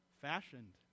fashioned